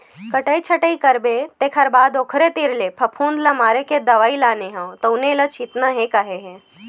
कटई छटई करबे तेखर बाद म ओखरे तीर ले फफुंद ल मारे के दवई लाने हव तउने ल छितना हे केहे हे